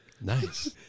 Nice